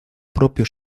propio